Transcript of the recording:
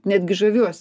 netgi žaviuosi